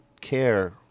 care